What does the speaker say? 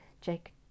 Jake